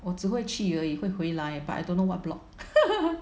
我只会去而已跟回来 but I don't know what block